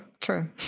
true